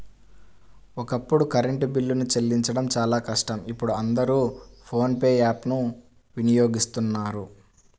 ఒకప్పుడు కరెంటు బిల్లులు చెల్లించడం చాలా కష్టం ఇప్పుడు అందరూ ఫోన్ పే యాప్ ను వినియోగిస్తున్నారు